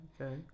Okay